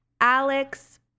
alex